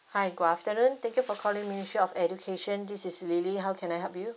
hi good afternoon thank you for calling ministry of education this is lily how can I help you